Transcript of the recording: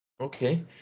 Okay